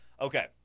okay